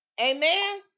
Amen